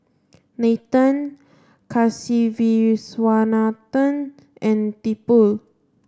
Nathan Kasiviswanathan and Tipu